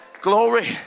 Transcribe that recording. Glory